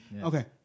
Okay